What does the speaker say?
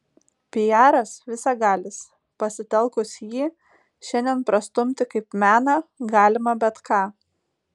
piaras visagalis pasitelkus jį šiandien prastumti kaip meną galima bet ką